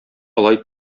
алай